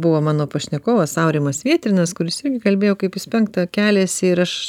buvo mano pašnekovas aurimas vietrinas kuris irgi kalbėjo kaip jis penktą keliasi ir aš